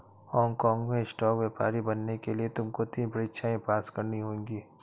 Hong काँग में stock व्यापारी बनने के लिए तुमको तीन परीक्षाएं पास करनी होंगी